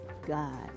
God